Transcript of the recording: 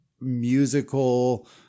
musical